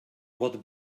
what